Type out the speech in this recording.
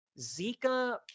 Zika